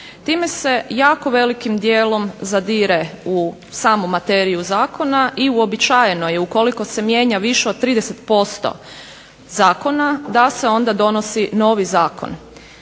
Time se jako velikim dijelom zadire u samu materiju zakona i uobičajeno je ukoliko se mijenja više od 30% zakona da se onda donosi novi zakon.